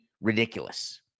ridiculous